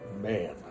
man